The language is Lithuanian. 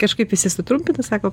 kažkaip visi sutrumpintai sako